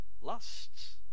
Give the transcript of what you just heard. lusts